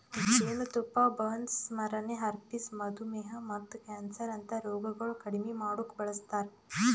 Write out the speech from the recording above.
ಜೇನತುಪ್ಪ ಬರ್ನ್ಸ್, ಸ್ಮರಣೆ, ಹರ್ಪಿಸ್, ಮಧುಮೇಹ ಮತ್ತ ಕ್ಯಾನ್ಸರ್ ಅಂತಾ ರೋಗಗೊಳ್ ಕಡಿಮಿ ಮಾಡುಕ್ ಬಳಸ್ತಾರ್